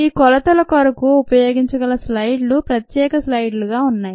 ఈ కొలతల కొరకు ఉపయోగించగల స్లైడ్ లు ప్రత్యేక స్లైడ్లగా ఉ న్నాయి